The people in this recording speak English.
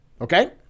Okay